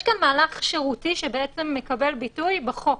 יש כאן מהלך שירותי שמקבל ביטוי בחוק.